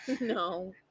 No